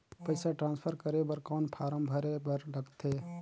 पईसा ट्रांसफर करे बर कौन फारम भरे बर लगथे?